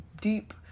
deep